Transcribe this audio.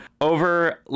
over